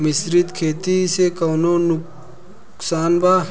मिश्रित खेती से कौनो नुकसान बा?